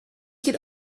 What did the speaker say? could